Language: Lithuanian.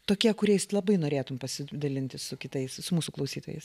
tokie kuriais labai norėtum pasidalinti su kitais su mūsų klausytojais